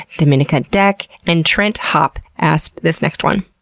dominika dec, and trent hoppe, asked this next one.